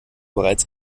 bereits